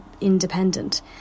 independent